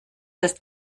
ist